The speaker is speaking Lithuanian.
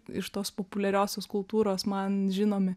iš tos populiariosios kultūros man žinomi